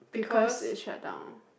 because it shut down